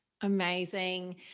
Amazing